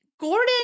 Gordon